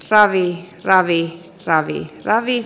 ravit ravi ravi kc ravi